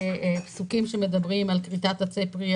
פסוקים שמדברים על כריתת עצי פרי,